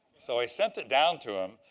so i sent it down to him.